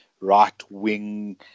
right-wing